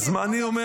אז אני אומר,